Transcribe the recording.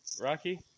Rocky